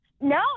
No